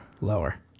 lower